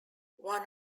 one